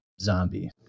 zombie